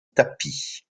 tapis